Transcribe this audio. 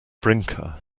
brinker